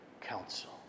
Council